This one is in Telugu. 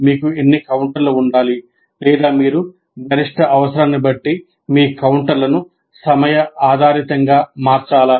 మీకు ఎన్ని కౌంటర్లు ఉండాలి లేదా మీరు గరిష్ట అవసరాన్ని బట్టి ఈ కౌంటర్లను సమయ ఆధారితంగా మార్చాలా